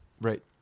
Right